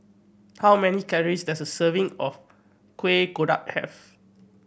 how many calories does a serving of Kuih Kodok have